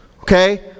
okay